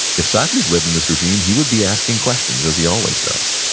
if socrates lived in this regime he would be asking questions as he always does.